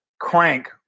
crank